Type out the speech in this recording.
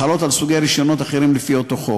החלות על סוגי רישיונות אחרים לפי אותו חוק.